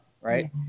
Right